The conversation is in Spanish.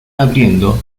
abriendo